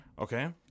okay